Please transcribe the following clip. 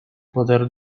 poder